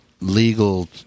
legal